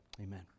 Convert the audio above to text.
amen